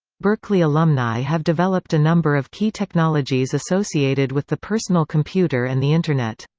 berkeley alumni have developed a number of key technologies associated with the personal computer and the internet.